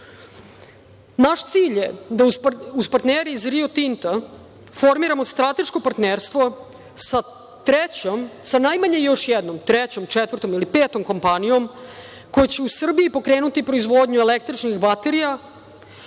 cilj je da, uz partnere iz Rio Tinta formiramo strateško partnerstvo sa trećom, sa najmanje još jednom, trećom, četvrtom ili petom kompanijom, koja će u Srbiju pokrenuti proizvodnju električnih baterija